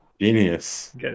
Genius